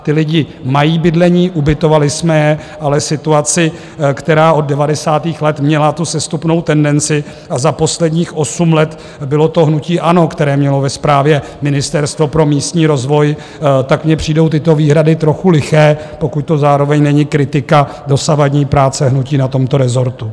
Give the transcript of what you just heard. Ti lidi mají bydlení, ubytovali jsme je, ale situaci, která od devadesátých let měla tu sestupnou tendenci, a za posledních osm let to bylo hnutí ANO, které mělo ve správě Ministerstvo pro místní rozvoj, tak mně přijdou tyto výhrady trochu liché, pokud to zároveň není kritika dosavadní práce hnutí na tomto rezortu.